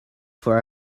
for